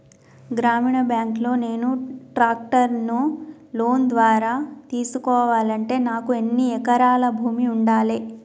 గ్రామీణ బ్యాంక్ లో నేను ట్రాక్టర్ను లోన్ ద్వారా తీసుకోవాలంటే నాకు ఎన్ని ఎకరాల భూమి ఉండాలే?